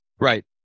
Right